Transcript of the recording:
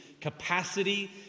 capacity